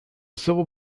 civil